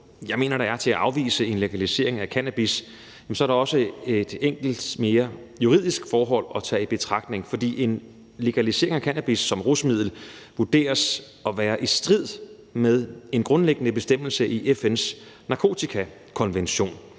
som jeg mener der er til at afvise en legalisering af cannabis, er der også et enkelt mere juridisk forhold at tage i betragtning, for en legalisering af cannabis som rusmiddel vurderes at være i strid med en grundlæggende bestemmelse i FN's narkotikakonvention.